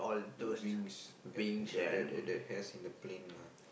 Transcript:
the wings at the the the the that has in the plane lah